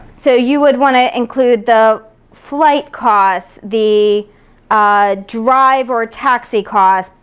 so you would wanna include the flight costs, the drive or taxi costs,